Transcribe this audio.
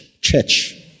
church